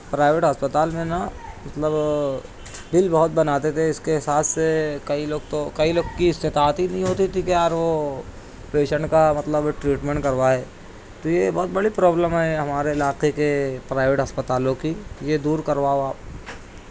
private اسپتال میں نا مطلب بل بہت بناتے تھے اس کے حساب سے کئی لوگ تو کئی لوگ کی استطاعت ہی نہیں ہوتی تھی کہ یارو پیشینٹ کا مطلب ٹریٹمینٹ کروائے تو یہ بہت بڑی پرابلم ہے ہمارے علاقے کے پرائیویٹ اسپتالوں کی یہ دور کرواؤ آپ